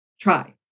try